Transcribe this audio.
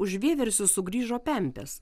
už vieversius sugrįžo pempės